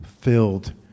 filled